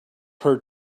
heard